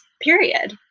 period